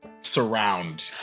surround